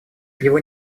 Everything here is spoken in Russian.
его